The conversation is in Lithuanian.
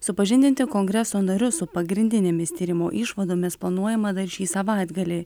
supažindinti kongreso narius su pagrindinėmis tyrimo išvadomis planuojama dar šį savaitgalį